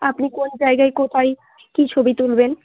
আপনি কোন জায়গায় কোথায় কী ছবি তুলবেন